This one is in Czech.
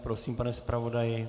Prosím, pane zpravodaji.